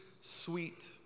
sweet